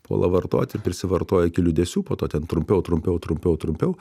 puola vartot ir prisivartoja iki liūdesių po to ten trumpiau trumpiau trumpiau trumpiau